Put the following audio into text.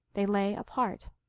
they lay apart.